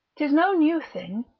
tis no new thing,